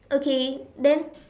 okay then